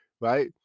right